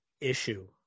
issue